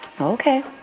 okay